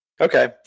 Okay